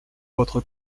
votre